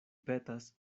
petas